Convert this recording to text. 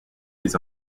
les